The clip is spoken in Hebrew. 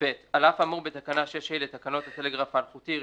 "(ב) על אף האמור בתקנה 6(ה) לתקנות הטלגרף האלחוטי (רשיונות,